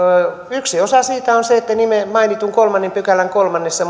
yksi osa on se että mainitun kolmannen pykälän kolmannesta